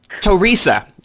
Teresa